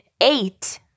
eight